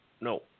No